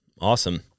Awesome